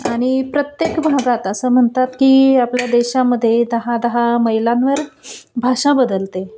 आणि प्रत्येक भागात असं म्हणतात की आपल्या देशामध्ये दहा दहा मैलांवर भाषा बदलते